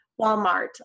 Walmart